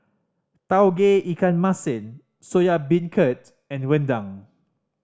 Tauge Ikan Masin Soya Beancurd and rendang